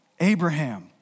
Abraham